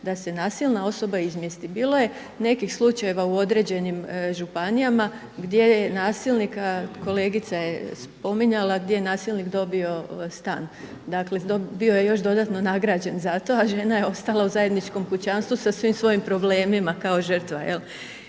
da se nasilna osoba izmjesti. Bilo je nekih slučajeva u određenim županijama gdje je nasilnika, kolegica je spominjala, gdje je nasilnik dobio stan. Dakle, bio je još dodatno nagrađen za to, a žena je ostala u zajedničkom kućanstvu sa svim svojim problemima kao žrtva.